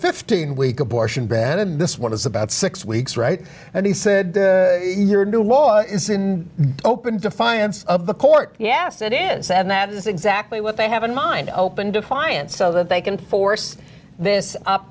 fifteen week abortion ban in this one is about six weeks right now he said your new law is in open defiance of the court yes it is and that is exactly what they have in mind open defiance so that they can force this up